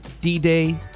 D-Day